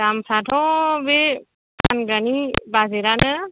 दामफोराथ' बे फानग्रानि बाजेटआनो